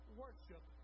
worship